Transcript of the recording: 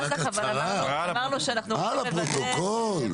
אה, פרוטוקול.